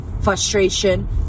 frustration